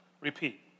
Repeat